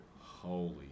Holy